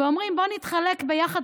ואומרים: בואו נתחלק יחד,